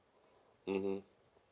mmhmm